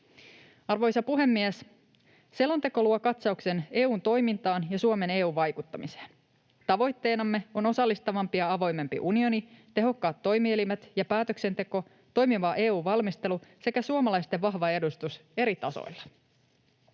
Arvoisa puhemies! Selonteko luo katsauksen EU:n toimintaan ja Suomen EU-vaikuttamiseen. Tavoitteenamme on osallistavampi ja avoimempi unioni, tehokkaat toimielimet ja päätöksenteko, toimiva EU-valmistelu sekä suomalaisten vahva edustus eri tasoilla.